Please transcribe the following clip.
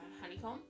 honeycomb